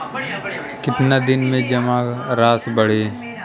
कितना दिन में जमा राशि बढ़ी?